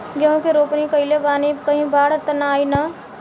गेहूं के रोपनी कईले बानी कहीं बाढ़ त ना आई ना?